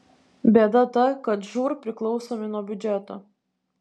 bėda ta kad žūr priklausomi nuo biudžeto